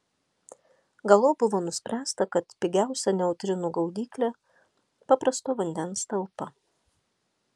galop buvo nuspręsta kad pigiausia neutrinų gaudyklė paprasto vandens talpa